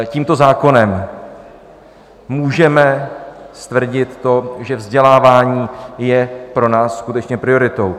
Tímto zákonem můžeme stvrdit to, že vzdělávání je pro nás skutečně prioritou.